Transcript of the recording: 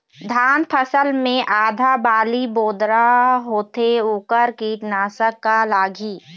धान फसल मे आधा बाली बोदरा होथे वोकर कीटनाशक का लागिही?